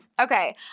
okay